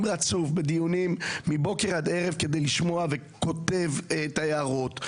רצוף בדיונים מבוקר עד ערב כדי לשמוע וכותב את ההערות.